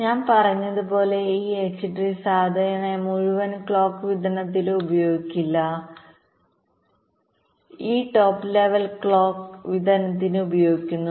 ഞാൻ പറഞ്ഞതുപോലെ ഈ എച്ച് ട്രീ സാധാരണയായി മുഴുവൻ ക്ലോക്ക് വിതരണത്തിനും ഉപയോഗിക്കില്ല ഇത് ടോപ്പ് ലെവൽ ക്ലോക്ക്വിതരണത്തിന് ഉപയോഗിക്കുന്നു